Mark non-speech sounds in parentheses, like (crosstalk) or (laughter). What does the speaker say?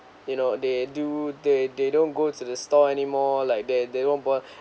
you know they do they they don't go to the store anymore like they they want bo~ (breath)